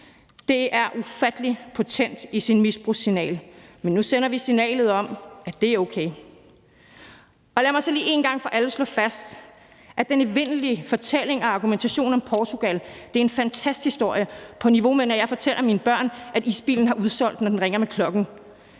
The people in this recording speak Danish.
Det er ufattelig potent i forhold til misbrugssignalet, men nu sender vi signalet om, at det er okay. Lad mig så lige en gang for alle slå fast, at den evindelige fortælling om Portugal, som bruges som argumentation, er en fantasthistorie på niveau med, når jeg fortæller mine børn, at isbilen har udsolgt, når den ringer med klokken.